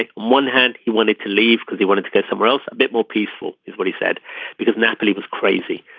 like one hand he wanted to leave because he wanted to get somewhere else a bit more peaceful is what he said because napoli was crazy.